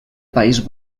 país